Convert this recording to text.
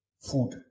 food